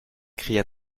cria